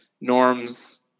norms